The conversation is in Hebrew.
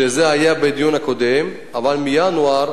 שזה היה בדיון הקודם, אבל מינואר